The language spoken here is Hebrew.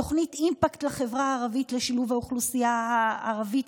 תוכנית אימפקט לחברה הערבית לשילוב האוכלוסייה הערבית,